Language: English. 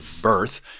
birth